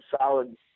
solid